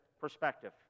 perspective